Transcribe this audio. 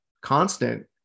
constant